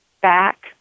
back